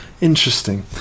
interesting